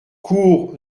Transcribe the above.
cour